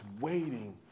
waiting